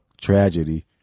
Tragedy